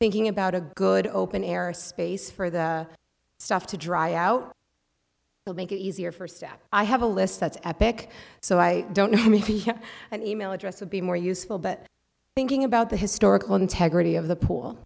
thinking about a good open air space for the stuff to dry out well make it easier for step i have a list that's epic so i don't know i mean an email address would be more useful but thinking about the historical integrity of the pool